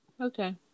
okay